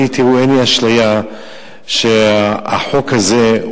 אין לי אשליה שהחוק הזה,